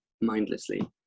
mindlessly